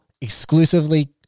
exclusively